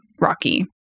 rocky